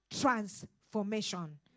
transformation